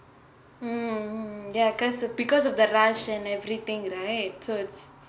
mm ya because because of the rush and everything right so it's